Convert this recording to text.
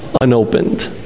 unopened